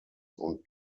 und